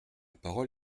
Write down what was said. parole